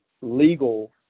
legal